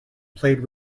played